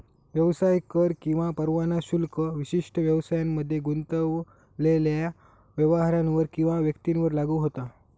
व्यवसाय कर किंवा परवाना शुल्क विशिष्ट व्यवसायांमध्ये गुंतलेल्यो व्यवसायांवर किंवा व्यक्तींवर लागू होता